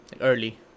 early